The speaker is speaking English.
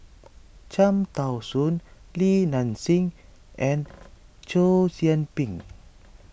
Cham Tao Soon Li Nanxing and Chow Yian Ping